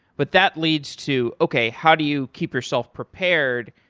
but that leads to, okay, how do you keep yourself prepared,